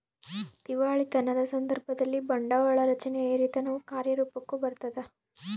ದಿವಾಳಿತನದ ಸಂದರ್ಭದಲ್ಲಿ, ಬಂಡವಾಳ ರಚನೆಯ ಹಿರಿತನವು ಕಾರ್ಯರೂಪುಕ್ಕ ಬರತದ